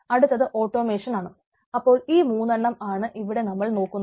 അപ്പോൾ ഈ മൂന്നെണ്ണം ആണ് നമ്മൾ ഇവിടെ നോക്കുന്നത്